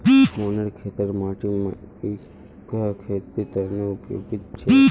मोहनेर खेतेर माटी मकइर खेतीर तने उपयुक्त छेक